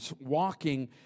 walking